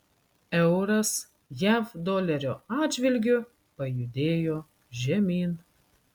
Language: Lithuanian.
euras jav dolerio atžvilgiu pajudėjo žemyn